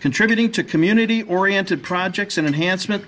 contributing to community oriented projects and enhanced meant